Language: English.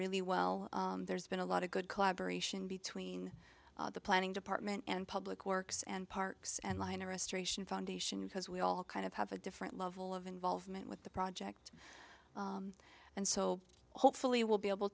really well there's been a lot of good collaboration between the planning department and public works and parks and liner restoration foundation because we all kind of have a different level of involvement with the project and so hopefully we'll be able